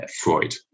Freud